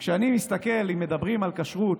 כשאני מסתכל, אם מדברים על כשרות,